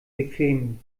bequem